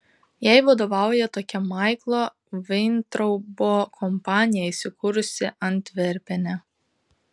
jai vadovauja tokia maiklo vaintraubo kompanija įsikūrusi antverpene